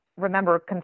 remember